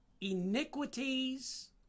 iniquities